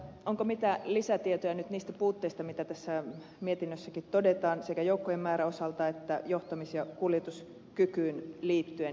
onko mitään lisätietoja nyt niistä puutteista mitä tässä mietinnössäkin todetaan sekä joukkojen määrän osalta että johtamis ja kuljetuskykyyn liittyen